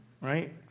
right